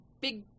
big